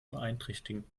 beeinträchtigen